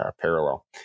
parallel